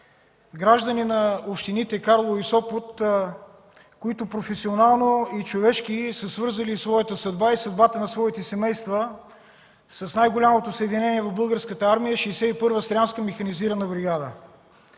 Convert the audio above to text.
граждани на общините Карлово и Сопот, които професионално и човешки са свързали своята съдба и съдбата на своите семейства с най-голямото съединение в Българската армия – 61-ва Стрямска механизирана бригада.